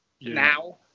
now